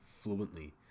fluently